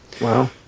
Wow